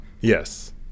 Yes